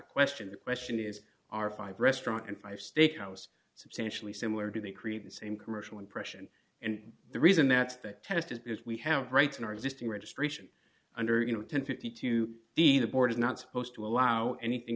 the question the question is are five restaurant and five steak house substantially similar do they create the same commercial impression and the reason that's the test is because we have rights in our existing registration under you know one thousand and fifty two d the board is not supposed to allow anything